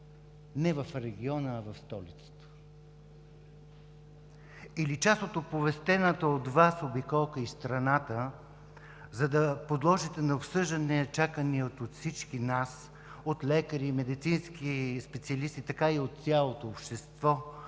не в региона, а в столицата?! Или част от оповестената от Вас обиколка из страната, за да подложите на обсъждане чакания от всички нас – лекари, медицински специалисти, така и от цялото общество,